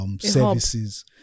Services